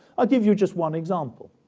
i'll give you just one example.